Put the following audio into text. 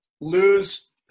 lose